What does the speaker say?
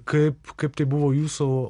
kaip kaip tai buvo jūsų